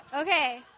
okay